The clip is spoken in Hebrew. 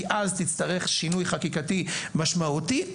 כי אז תצטרך שינוי חקיקתי משמעותי,